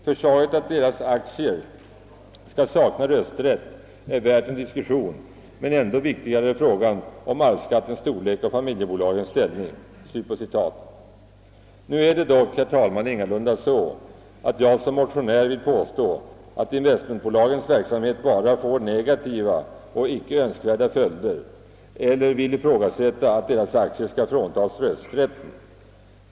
Förslaget att deras aktier skall sakna rösträtt är värt en diskussion, men ändå viktigare är frågan om arvsskattens storlek och familjebolagens ställning.» Nu är det dock, herr talman, ingalunda så att jag som motionär vill påstå, att investmentbolagens verksamhet bara får negativa och icke önskvärda följder eller vill ifrågasätta att deras aktier skall fråntas rösträtten.